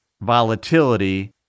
volatility